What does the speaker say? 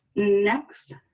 next,